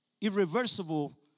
irreversible